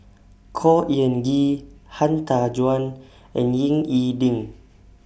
Khor Ean Ghee Han Tan Juan and Ying E Ding